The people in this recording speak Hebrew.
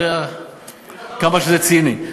כמה שזה ציני,